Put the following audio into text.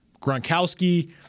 Gronkowski